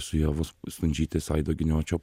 su ievos stundžytės aido giniočio